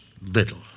little